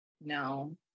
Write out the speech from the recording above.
no